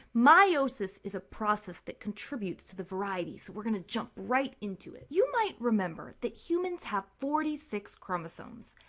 meiosis is a process that contributes to the variety so we're going to jump right into it. you might remember that humans have forty six chromosomes.